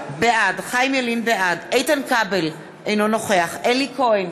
בעד איתן כבל, אינו נוכח אלי כהן,